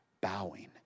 bowing